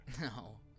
No